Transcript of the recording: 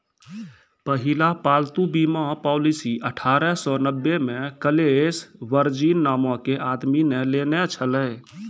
पहिला पालतू बीमा पॉलिसी अठारह सौ नब्बे मे कलेस वर्जिन नामो के आदमी ने लेने छलै